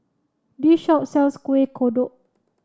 this shop sells Kueh Kodok